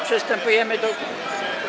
Przystępujemy do.